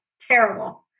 Terrible